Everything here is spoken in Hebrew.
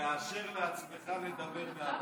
תאשר לעצמך לדבר מהמקום.